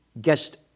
guest